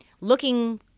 looking